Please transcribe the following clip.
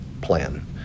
plan